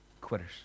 quitters